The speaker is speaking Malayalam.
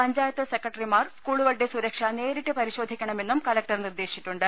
പഞ്ചായത്ത സെക്രട്ടറിമാർ സ്കൂളുകളുടെ സുരക്ഷ നേരിട്ട് പരിശോധിക്കണമെന്നും കല ക്ടർ നിർദേശിച്ചിട്ടുണ്ട്